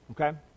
okay